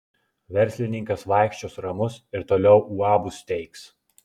verslininkas vaikščios ramus ir toliau uabus steigs